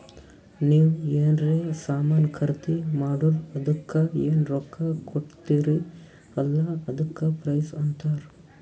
ನೀವ್ ಎನ್ರೆ ಸಾಮಾನ್ ಖರ್ದಿ ಮಾಡುರ್ ಅದುಕ್ಕ ಎನ್ ರೊಕ್ಕಾ ಕೊಡ್ತೀರಿ ಅಲ್ಲಾ ಅದಕ್ಕ ಪ್ರೈಸ್ ಅಂತಾರ್